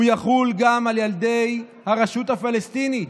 הוא יחול גם על ילדי הרשות הפלסטינית,